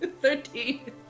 Thirteen